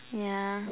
yeah